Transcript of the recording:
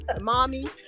Mommy